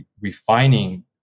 refining